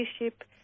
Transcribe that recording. leadership